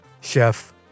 chef